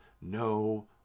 no